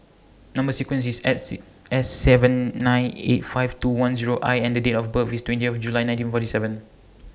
Number sequence IS S Say S seven nine eight five two one Zero I and The Date of birth IS twenty of July nineteen forty seven